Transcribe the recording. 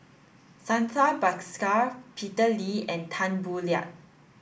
Santha Bhaskar Peter Lee and Tan Boo Liat